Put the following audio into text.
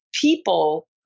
people